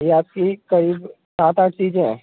ये आपकी करीब सात आठ चीज़ें हैं